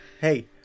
Hey